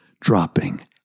dropping